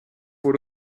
voor